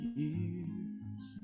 years